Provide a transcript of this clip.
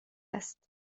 است